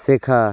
শেখা